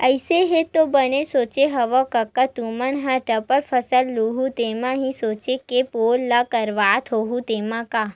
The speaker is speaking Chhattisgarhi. अइसे ऐ तो बने सोचे हँव कका तुमन ह डबल फसल लुहूँ तेमा उही सोच के बोर ल करवात होहू तेंमा गा?